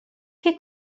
che